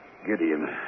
Gideon